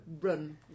run